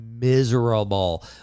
miserable